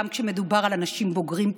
גם כשמדובר באנשים בוגרים.